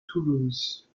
toulouse